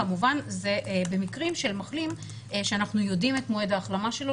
כמובן זה במקרים של מחלים שאנחנו יודעים את מועד ההחלמה שלו